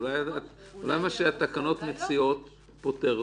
אולי מה שהתקנות מציעות פותר לכם,